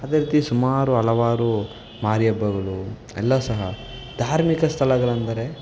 ಅದೇ ರೀತಿ ಸುಮಾರು ಹಲವಾರು ಮಾರಿಹಬ್ಬಗಳು ಎಲ್ಲ ಸಹ ಧಾರ್ಮಿಕ ಸ್ಥಳಗಳಂದರೆ